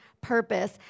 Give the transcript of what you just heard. purpose